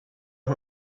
awr